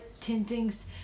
tintings